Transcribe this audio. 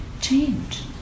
change